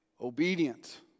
Obedient